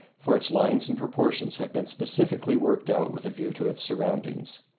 for its lines and proportions have been specially worked out with a view to its surroundings.